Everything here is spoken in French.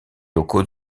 locaux